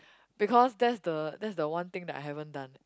because that's the that's the one thing that I haven't done